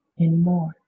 anymore